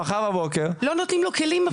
מחר בבוקר --- לא נותנים לו כלים,